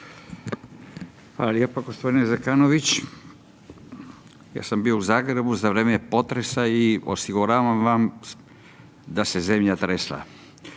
Hvala lijepo gospodine Zekanović. Ja sam bio u Zagrebu za vrijeme potresa i osiguravam vam da se zemlja tresla.